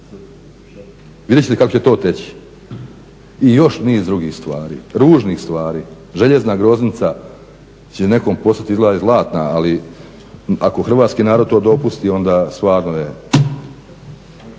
vidjet ćete kako će to teči i još niz drugih stvari, ružnih stvari. Željezna groznica će postati nekome izgleda i zlatna ali ako hrvatski narod to dopusti onda stvarno je.